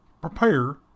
prepare